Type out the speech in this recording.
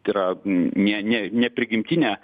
tai yra ne ne ne prigimtine